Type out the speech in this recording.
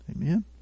Amen